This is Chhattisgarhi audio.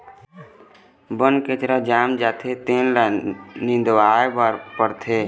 बन कचरा जाम जाथे तेन ल निंदवाए बर परथे